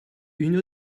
une